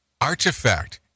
artifact